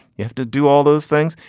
you have to do all those things,